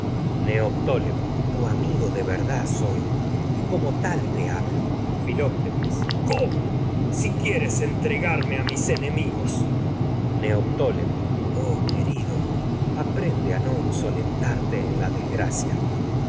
tu neoptólemo hablo amigo de verdad soy y como tal te filoctetes cómo si quieres entregarme a mis enemigos neoptólemo tarte oh querido aprende a no insolen en la desgracia